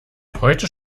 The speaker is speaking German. heute